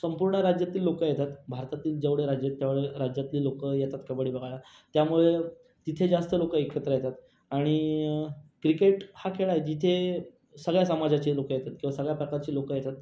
संपूर्ण राज्यातील लोकं येतात भारतातील जेवढे राज्य आहेत तेवढे राज्यातली लोकं येतात कबड्डी बघायला त्यामुळे तिथे जास्त लोकं एकत्र येतात आणि क्रिकेट हा खेळ आहे जिथे सगळ्या समाजाचे लोकं येतात किंवा सगळ्या प्रकारचे लोकं येतात